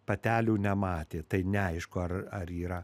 patelių nematė tai neaišku ar ar yra